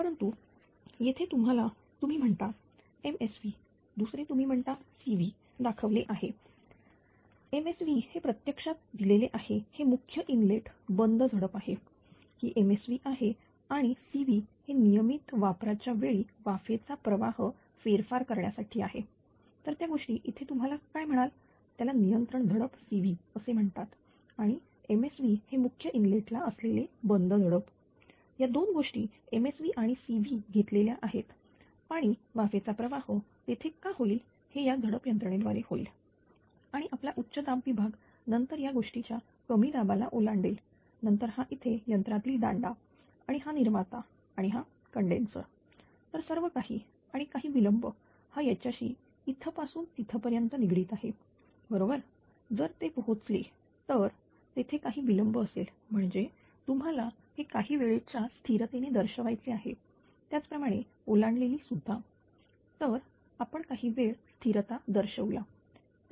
परंतु येथे तुम्ही म्हणता MSV दुसरे तुम्ही म्हणता CV दाखविले आहेMSV हे प्रत्यक्षात दिलेले आहे हे मुख्य इनलेट बंद झडप आहे ही MSv आहे आणिCV हे नियमित वापराच्या वेळी वाफेचा प्रवाह फेरफार करण्यासाठी आहे तर त्या गोष्टी इथे तुम्ही काय म्हणाल त्याला नियंत्रण झडप CV असे म्हणतात आणि MSV हे मुख्य इनलेट ला असलेले बंद झडप या 2 गोष्टी MSV आणि CV घेतलेल्या आहेत पाणी वाफेचे प्रवाह तेथे का होईल हे या झडप यंत्रणेद्वारे होईल आणि आपला उच्च दाब विभाग नंतर या गोष्टीच्या कमी दाबाला ओलांडेल नंतर हा इथे यंत्रातील दांडा आणि हा निर्माता आणि हा कंडेन्सर तर सर्व काही आणि काही विलंब हा त्याच्याशी इथपासून तिथपर्यंत निगडित आहे बरोबर जर ते पोहोचले तर तेथे काही विलंब असेल म्हणजेच तुम्हाला हे काही वेळेच्या स्थिरतेने दर्शवायचे आहे त्याच प्रमाणे ओलांडलेली सुद्धा तर आपण काही वेळ स्थिरता दर्शवू या